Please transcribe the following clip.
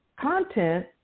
content